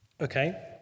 Okay